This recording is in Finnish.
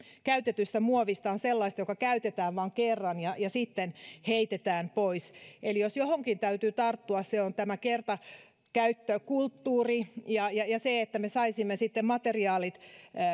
käytetystä muovista on sellaista joka käytetään vain kerran ja ja sitten heitetään pois eli jos johonkin täytyy tarttua se on tämä kertakäyttökulttuuri ja se että me saisimme materiaalit